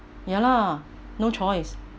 ya lah no choice